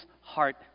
heart